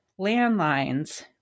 landlines